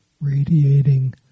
Radiating